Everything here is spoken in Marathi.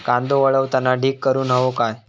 कांदो वाळवताना ढीग करून हवो काय?